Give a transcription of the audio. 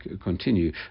continue